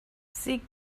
sie